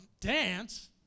Dance